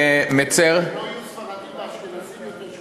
שלא יהיו ספרדים ואשכנזים יותר,